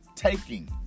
taking